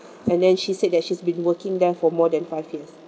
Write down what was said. and then she said that she's been working there for more than five years